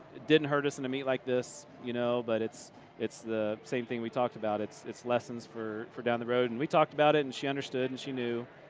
didn't hurt us in the meet like this. you know. but it's it's the same thing we talked about. it's it's lessons for for down the road. and we talked about it and she understood and she few.